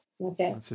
Okay